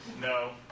No